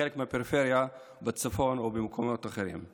או בחלק מהפריפריה בצפון או במקומות אחרים.